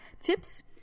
Tips